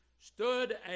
stood